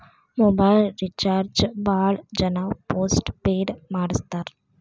mobile recharge ಭಾಳ್ ಜನ postpaid ಮಾಡಸ್ತಾರ